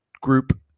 group